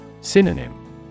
synonym